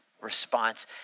Response